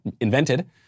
invented